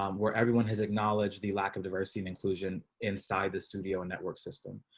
um where everyone has acknowledged the lack of diversity and inclusion inside the studio and network system.